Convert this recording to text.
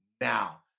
now